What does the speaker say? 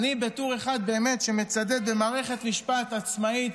אני, בתור אחד שמצדד במערכת משפט עצמאית,